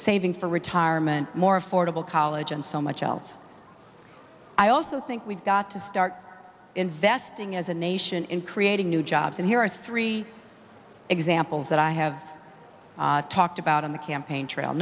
saving for retirement more affordable college and so much else i also think we've got to start investing as a nation in creating new jobs and here three examples that i have talked about on the campaign trail